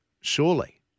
surely